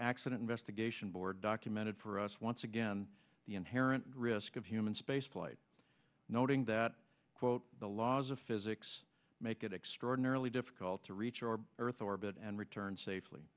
accident investigation board documented for us once again the inherent risk of human spaceflight noting that quote the laws of physics make it extraordinarily difficult to reach our earth orbit and return safely